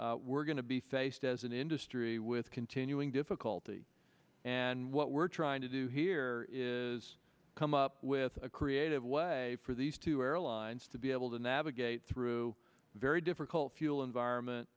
we're going to be faced as an industry with continuing difficulty and what we're trying to do here is come up with a creative way for these two airlines to be able to navigate through very difficult fuel environment